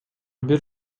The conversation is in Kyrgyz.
бир